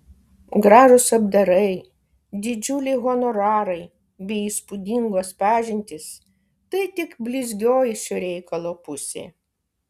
gražūs apdarai didžiuliai honorarai bei įspūdingos pažintys tai tik blizgioji šio reikalo pusė